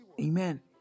Amen